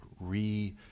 re-